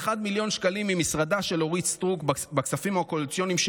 71 מיליון שקלים ממשרדה של אורית סטרוק בכספים הקואליציוניים,